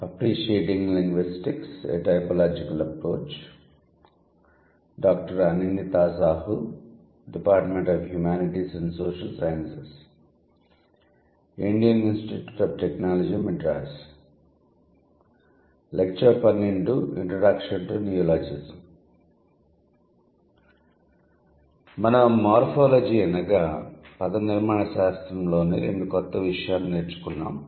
introduction to neologism మనం morphology అనగా పద నిర్మాణ శాస్త్రంలోని రెండు కొత్త విషయాలు నేర్చుకున్నాము